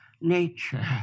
nature